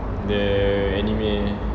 the anime